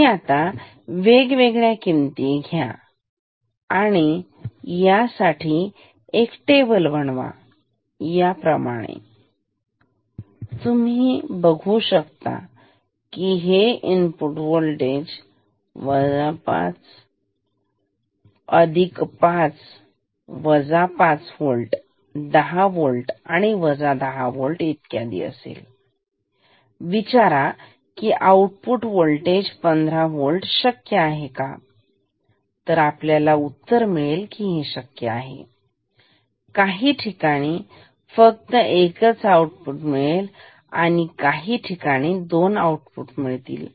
तुम्ही आता वेगवेगळ्या किमती घ्या आणि साठी एक टेबल बनवा याप्रमाणे तुम्ही घेऊ शकता आणि ते इनपुट वोल्टेज असेल 0 होल्ट 5 होल्ट 5 होल्ट 10 होल्ट व 10होल्ट इत्यादी आणि विचारा आउटपुट होल्टेज 15 होल्ट शक्य आहे का आपल्याला उत्तर मिळेल की काही ठिकाणी हे शक्य आहे काही ठिकाणी फक्त एकच आउटपुट मिळेल आणि काही ठिकाणी दोन आउटपुट मिळतील